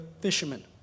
fishermen